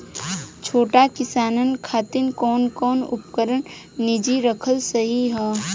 छोट किसानन खातिन कवन कवन उपकरण निजी रखल सही ह?